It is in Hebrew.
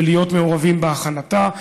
ולהיות מעורבים בהכנתה.